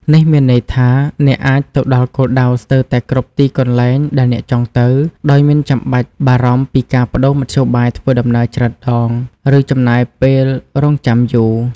នេះមានន័យថា អ្នកអាចទៅដល់គោលដៅស្ទើរតែគ្រប់ទីកន្លែងដែលអ្នកចង់ទៅ ដោយមិនចាំបាច់បារម្ភពីការប្តូរមធ្យោបាយធ្វើដំណើរច្រើនដង ឬចំណាយពេលរង់ចាំយូរ។